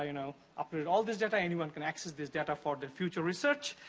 you know operate all of this data. anyone can access this data for the future research.